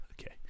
okay